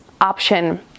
option